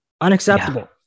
Unacceptable